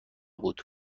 بود